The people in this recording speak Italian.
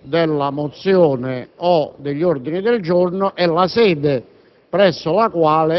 della mozione o degli ordini del giorno e la sede